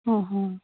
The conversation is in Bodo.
अ अ